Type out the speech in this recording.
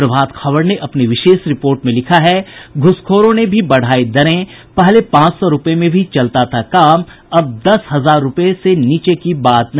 प्रभात खबर ने अपनी विशेष रिपोर्ट में लिखा है घूसखोरों ने भी बढ़ायी दरें पहले पांच सौ रूपये में भी चलता था काम अब दस हजार रूपये से नीचे की बात नहीं